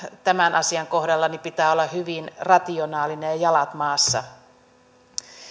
tämän asian kohdalla pitää olla hyvin rationaalinen ja jalat maassa